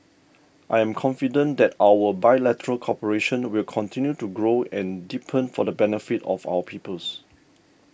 I'm confident that our bilateral cooperation will continue to grow and deepen for the benefit of our peoples